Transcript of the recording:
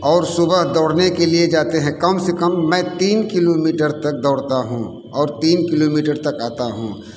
और सुबह दौड़ने के लिए जाते हैं कम से कम मैं तीन किलोमीटर तक दौड़ता हूँ और तीन किलोमीटर तक आता हूँ